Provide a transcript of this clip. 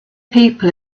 people